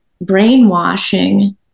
brainwashing